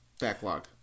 backlog